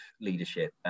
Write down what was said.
leadership